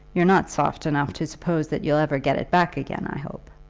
you're not soft enough to suppose that you'll ever get it back again, i hope?